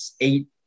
eight